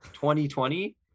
2020